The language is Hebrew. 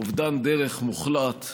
אובדן דרך מוחלט,